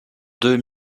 deux